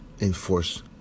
enforce